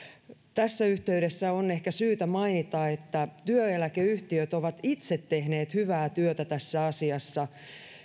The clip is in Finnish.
tässä yhteydessä on ehkä syytä mainita että työeläkeyhtiöt ovat itse tehneet hyvää työtä tässä asiassa